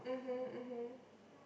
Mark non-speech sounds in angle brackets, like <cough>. mmhmm mmhmm <breath>